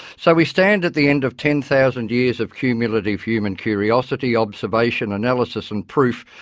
so we stand at the end of ten thousand years of cumulative human curiosity, observation, analysis and proof,